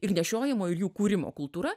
ir nešiojimo ir jų kūrimo kultūra